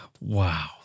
wow